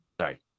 sorry